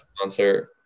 concert